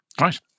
Right